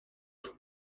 του